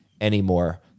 anymore